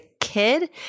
kid